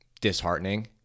disheartening